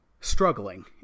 struggling